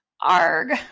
ARG